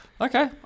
Okay